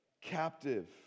captive